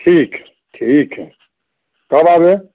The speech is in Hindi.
ठीक है ठीक है कब आवे